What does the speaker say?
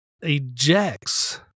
ejects